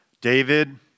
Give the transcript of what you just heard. David